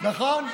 נכון.